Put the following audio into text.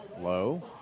low